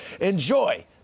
Enjoy